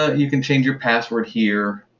ah you can change your password here.